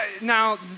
Now